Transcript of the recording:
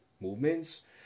movements